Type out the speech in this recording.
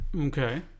Okay